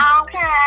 Okay